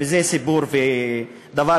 וזה סיפור היסטורי,